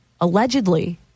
Allegedly